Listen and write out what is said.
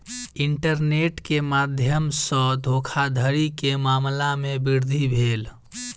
internet के माध्यम सॅ धोखाधड़ी के मामला में वृद्धि भेल